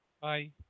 bye